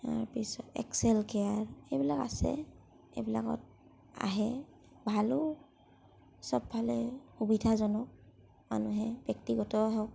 তাৰপিছত Excel care এইবিলাক আছে এইবিলাকত আহে ভালো চবফালেই সুবিধাজনক মানুহে ব্যক্তিগতই হওক